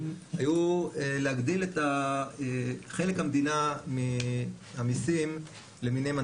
היו להגדיל את חלק המדינה מהמיסים למיניהם.